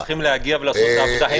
הם צריכים לעשות את העבודה.